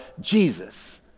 Jesus